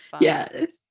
Yes